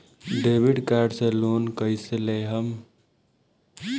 Debit card से loan कईसे लेहम?